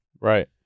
right